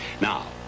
Now